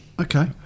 Okay